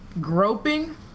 groping